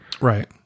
Right